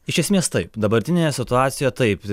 iš esmės taip dabartinėje situacijoje taip